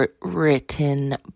written